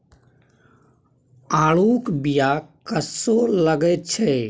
आड़ूक बीया कस्सो लगैत छै